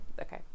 okay